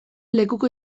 lekuko